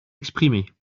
exprimer